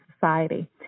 society